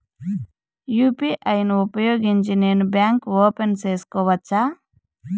UPI ను ఉపయోగించి నేను బ్యాంకు ఓపెన్ సేసుకోవచ్చా?